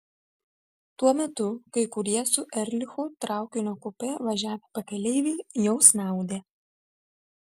tuo metu kai kurie su erlichu traukinio kupė važiavę pakeleiviai jau snaudė